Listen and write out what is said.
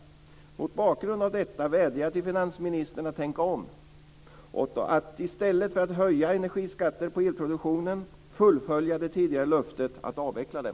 Mot bakgrund av detta vädjar jag till finansministern att tänka om och i stället för att höja energiskatter på elproduktionen fullfölja det tidigare löftet att avveckla dem.